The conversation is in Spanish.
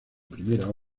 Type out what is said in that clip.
primera